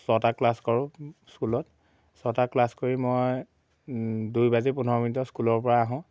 ছটা ক্লাছ কৰোঁ স্কুলত ছটা ক্লাছ কৰি মই দুই বাজি পোন্ধৰ মিনিটৰ স্কুলৰ পৰা আহোঁ